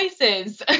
Voices